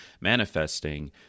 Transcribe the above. manifesting